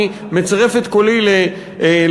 אני מצרף את קולי לכם,